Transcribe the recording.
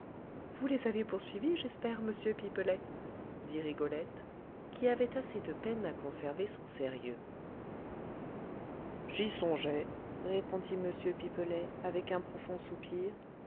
vous les avez poursuivis j'espère monsieur pipelet dit rigolette qui avait assez de peine à conserver son sérieux j'y songeais répondit m pipelet avec un profond soupir